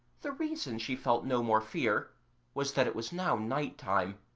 the reason she felt no more fear was that it was now night-time,